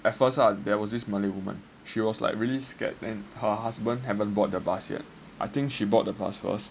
at first ah there was this malay woman she was like really scared and her husband haven't board the bus yet I think she board the bus first